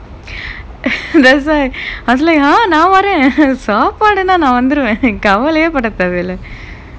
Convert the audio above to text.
that's why I was like ah நான் வரேன் சாப்பாடுனா நான் வந்துருவேன் கவலையே பட தேவ இல்ல:naan varen saapaadunaa naan vanthuruvaen kavalaiyae pada thevae illa